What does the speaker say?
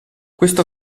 questo